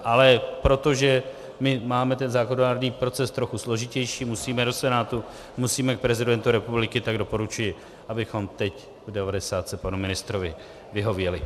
Ale protože my máme zákonodárný proces trochu složitější, musíme do Senátu, musíme k prezidentu republiky, tak doporučuji, abychom teď v devadesátce panu ministrovi vyhověli.